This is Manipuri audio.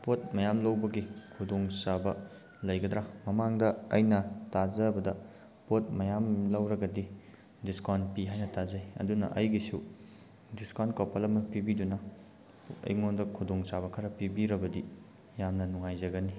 ꯄꯣꯠ ꯃꯌꯥꯝ ꯂꯧꯕꯒꯤ ꯈꯨꯗꯣꯡ ꯆꯥꯕ ꯂꯩꯒꯗ꯭ꯔꯥ ꯃꯃꯥꯡꯗ ꯑꯩꯅ ꯇꯥꯖꯕꯗ ꯄꯣꯠ ꯃꯌꯥꯝ ꯂꯧꯔꯒꯗꯤ ꯗꯤꯁꯀꯥꯎꯟ ꯄꯤ ꯍꯥꯏꯅ ꯇꯥꯖꯩ ꯑꯗꯨꯅ ꯑꯩꯒꯤꯁꯨ ꯗꯤꯁꯀꯥꯎꯟ ꯀꯣꯄꯜ ꯑꯃ ꯄꯤꯕꯤꯗꯨꯅ ꯑꯩꯉꯣꯟꯗ ꯈꯨꯗꯣꯡ ꯆꯥꯕ ꯈꯔ ꯄꯤꯕꯤꯔꯕꯗꯤ ꯌꯥꯝꯅ ꯅꯨꯉꯥꯏꯖꯒꯅꯤ